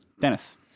Dennis